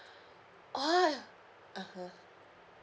oh (uh huh)